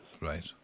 Right